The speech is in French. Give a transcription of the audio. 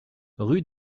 rue